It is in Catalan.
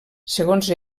segons